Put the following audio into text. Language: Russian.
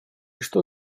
что